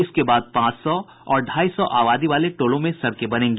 इसके बाद पांच सौ और ढाई सौ आबादी वाले टोलों में सड़कें बनेगी